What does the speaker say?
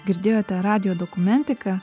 girdėjote radijo dokumentiką